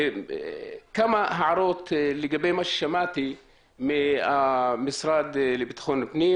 כמה הערות לגבי מה ששמעתי מהמשרד לביטחון פנים